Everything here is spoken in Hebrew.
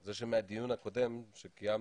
זה שיש כאן חברי כנסת מכל סיעות הבית כמעט,